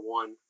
one